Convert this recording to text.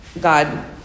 God